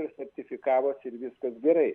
ir sertifikavosi ir viskas gerai